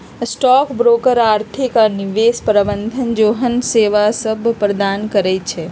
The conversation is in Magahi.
स्टॉक ब्रोकर आर्थिक आऽ निवेश प्रबंधन जेहन सेवासभ प्रदान करई छै